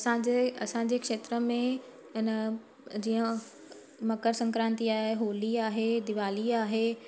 असांजे असांजे खेत्र में इन जीअं मकर सक्रांति आहे होली आहे दिवाली आहे